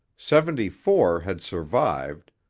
seventy-four had survived,